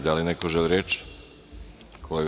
Da li neko želi reč? (Da.